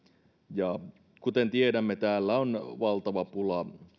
ja kuten tiedämme täällä on valtava pula